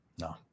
No